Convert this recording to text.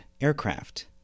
aircraft